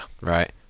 Right